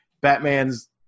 Batman's